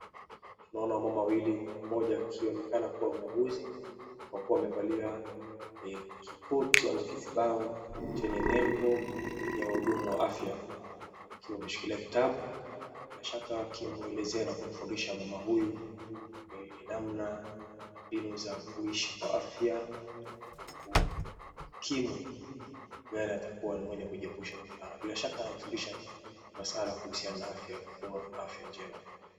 Naona mama wawili, mmoja akionekana kuwa muuguzi kwa kuwa amevalia kikoti ama kizibao chenye nembo ya wahudumu wa afya, akiwa ameshikilia kitabu, bila shaka akimwelezea na kumfundisha mama huyu namna na mbinu za kuishi kwa afya na kukikimu naye atakuwa ni mwenye kujiepusha na haya. Bila shaka anamfundisha maswala kuhusiana na afya bora, afya njema.